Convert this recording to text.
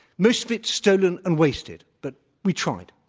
misfit, stolen and wasted, but we tried.